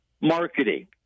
marketing